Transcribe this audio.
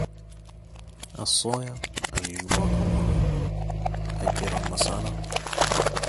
الصويا ، القواكامولي ، الجرام مسالا